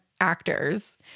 actors